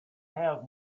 have